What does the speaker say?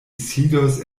sidos